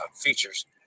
features